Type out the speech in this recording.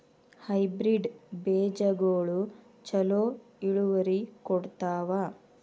Hybrid ಬೇಜಗೊಳು ಛಲೋ ಇಳುವರಿ ಕೊಡ್ತಾವ?